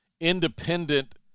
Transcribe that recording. Independent